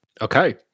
Okay